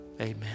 Amen